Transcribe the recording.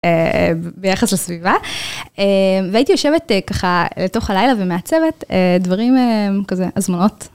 ביחס לסביבה, והייתי יושבת ככה לתוך הלילה ומעצבת דברים כזה, הזמנות.